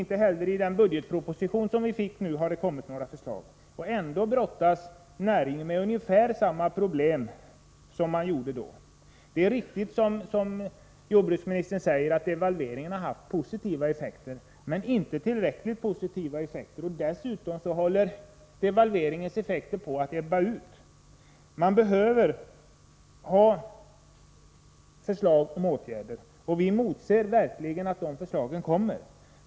Inte heller i den budgetproposition som vi nyss fick har det kommit några förslag, och ändå brottas näringen med ungefär samma problem nu som då. Det är riktigt som jordbruksministern säger att devalveringen har haft positiva effekter. Men det har inte varit tillräckligt positiva effekter. Dessutom håller devalveringens effekter på att ebba ut. Det behövs förslag om åtgärder. Vi emotser verkligen förslag.